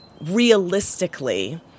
realistically